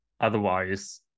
Otherwise